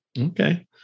Okay